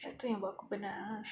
sebab tu buat aku penat ah